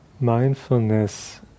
Mindfulness